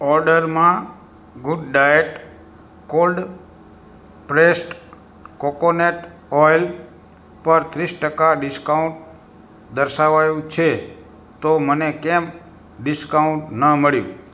ઓર્ડરમાં good diet cold pressed coconut oil પર ત્રીસ ટકા ડિસ્કાઉન્ટ દર્શાવાયું છે તો મને કેમ ડિસ્કાઉન્ટ ન મળ્યું